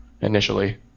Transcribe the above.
initially